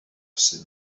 sydd